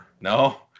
no